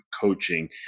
coaching